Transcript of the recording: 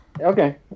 Okay